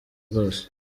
rwose